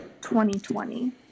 2020